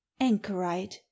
anchorite